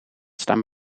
staan